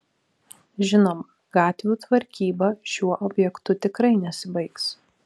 žinoma gatvių tvarkyba šiuo objektu tikrai nesibaigs